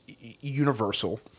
universal